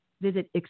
Visit